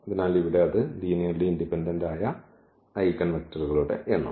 അതിനാൽ ഇവിടെ അത് ലീനിയർലി ഇൻഡിപെൻഡന്റ് ആയ ഐഗൻ വെക്റ്ററുകളുടെ എണ്ണം